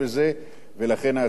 ולכן ההצעות שלו,